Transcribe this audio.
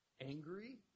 angry